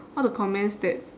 all the comments that